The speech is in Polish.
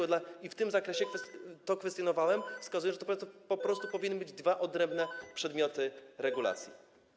I w tym zakresie to kwestionowałem, wskazując, że to po prostu powinny być dwa odrębne przedmioty regulacji.